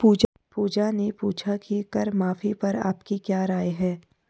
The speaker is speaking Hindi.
पूजा ने पूछा कि कर माफी पर आपकी क्या राय है?